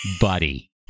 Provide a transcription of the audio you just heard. buddy